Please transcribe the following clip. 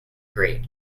grate